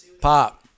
Pop